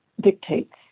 dictates